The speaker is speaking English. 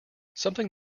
something